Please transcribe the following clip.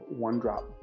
OneDrop